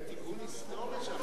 זה תיקון היסטורי שהמשבר,